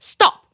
Stop